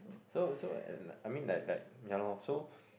so so like I mean like like ya lor so